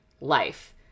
life